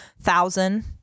thousand